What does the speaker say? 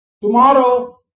Tomorrow